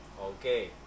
Okay